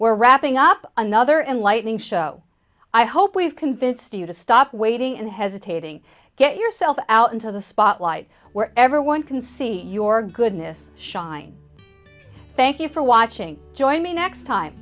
we're wrapping up another enlightening show i hope we've convinced you to stop waiting and hesitating get yourself out into the spotlight where everyone can see your goodness hsaing thank you for watching join me next time